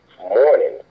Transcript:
morning